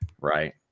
Right